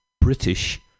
British